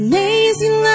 Amazing